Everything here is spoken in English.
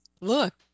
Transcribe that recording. look